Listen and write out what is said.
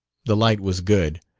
the light was good,